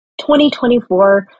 2024